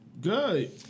Good